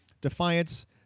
Defiance